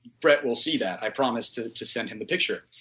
brett will see that. i promise to to send him the picture.